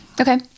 Okay